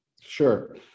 Sure